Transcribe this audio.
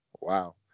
wow